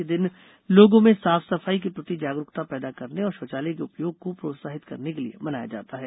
यह दिन लोगों में साफ सफाई के प्रति जागरूकता पैदा करने और शौचालय के उपयोग को प्रोत्साहित करने के लिए मनाया जाता है